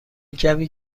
کمی